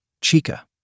Chica